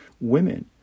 women